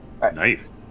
Nice